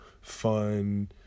fun